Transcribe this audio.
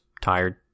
tired